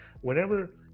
whenever